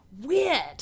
weird